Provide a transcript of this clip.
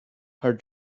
her